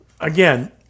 again